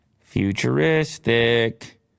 Futuristic